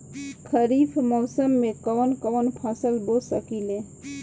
खरिफ मौसम में कवन कवन फसल बो सकि ले?